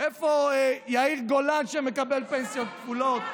איפה יאיר גולן, שמקבל פנסיות כפולות?